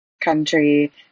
country